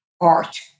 art